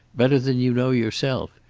better than you know yourself.